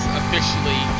officially